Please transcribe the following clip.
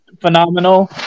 phenomenal